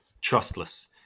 trustless